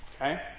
Okay